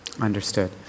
Understood